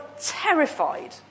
terrified